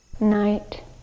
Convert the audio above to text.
night